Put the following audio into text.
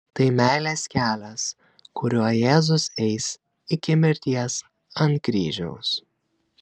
tai meilės kelias kuriuo jėzus eis iki mirties ant kryžiaus